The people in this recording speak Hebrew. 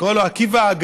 אני קורא לו עקיבא האגדי,